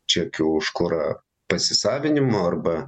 čekių už kurą pasisavinimu arba